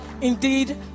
indeed